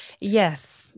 Yes